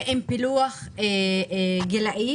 עם פילוח גילאי.